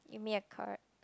give me a card